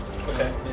Okay